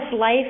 life